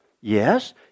Yes